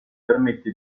permette